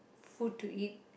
food to eat